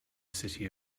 city